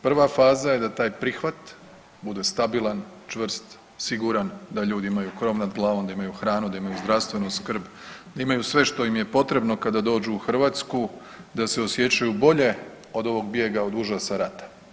Prva faza je da taj prihvat bude stabilan, čvrst, siguran, da ljudi imaju krov nad glavom, da imaju hranu, da imaju zdravstvenu skrb, da imaju sve što im je potrebno kada dođu u Hrvatsku, da se osjećaju bolje od ovog bijega od užasa rata.